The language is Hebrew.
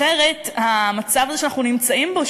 אחרת המצב הזה שאנחנו נמצאים בו,